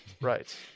Right